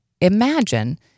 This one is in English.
imagine